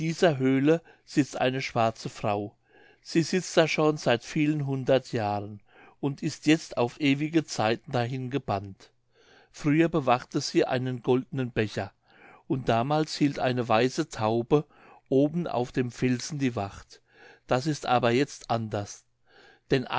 höhle sitzt eine schwarze frau sie sitzt da schon seit vielen hundert jahren und ist jetzt auf ewige zeiten dahin gebannt früher bewachte sie einen goldenen becher und damals hielt eine weiße taube oben auf dem felsen die wacht das ist aber jetzt anders denn